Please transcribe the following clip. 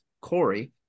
Corey